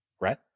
right